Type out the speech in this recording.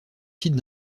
sites